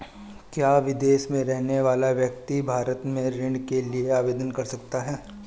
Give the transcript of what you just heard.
क्या विदेश में रहने वाला व्यक्ति भारत में ऋण के लिए आवेदन कर सकता है?